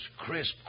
crisp